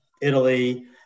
Italy